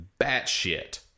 batshit